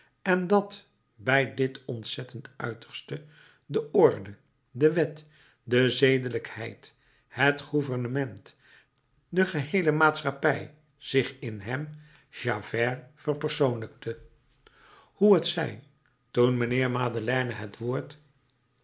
en dat bij dit ontzettend uiterste de orde de wet de zedelijkheid het gouvernement de geheele maatschappij zich in hem javert verpersoonlijkte hoe het zij toen mijnheer madeleine het woord